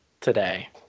today